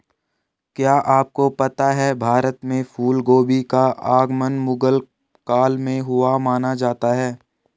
क्या आपको पता है भारत में फूलगोभी का आगमन मुगल काल में हुआ माना जाता है?